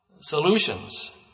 solutions